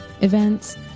events